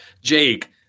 Jake